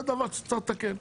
זה דבר שצריך לתקן.